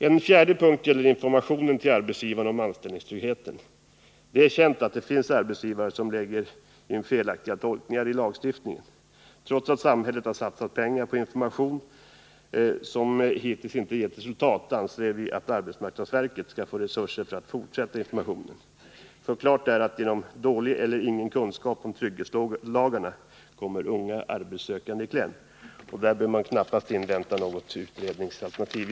En fjärde punkt gäller informationen till arbetsgivarna om anställningstryggheten. Det är känt att det finns arbetsgivare som lägger in felaktiga tolkningar i lagstiftningen. Trots att samhället har satsat pengar på information som hittills inte har givit resultat anser vi att arbetsmarknadsverket skall få resurser för att fortsätta informationen. Klart är att genom dålig eller ingen kunskap om trygghetslagarna kommer unga arbetssökande i kläm. Här behöver man knappast invänta något utredningsalternativ.